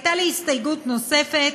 הייתה לי הסתייגות נוספת.